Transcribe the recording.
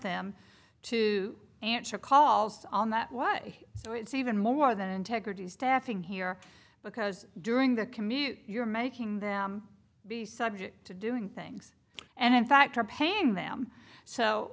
them to answer calls on that what so it's even more than integrity staffing here because during the commute you're making them be subject to doing things and in fact are paying them so